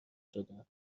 شدم